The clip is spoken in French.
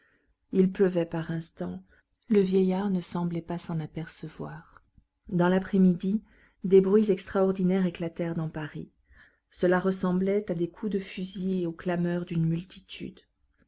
il pleuvait par instants le vieillard ne semblait pas s'en apercevoir dans l'après-midi des bruits extraordinaires éclatèrent dans paris cela ressemblait à des coups de fusil et aux clameurs d'une multitude